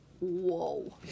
Whoa